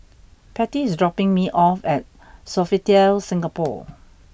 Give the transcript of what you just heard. Pattie is dropping me off at Sofitel Singapore